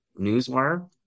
Newswire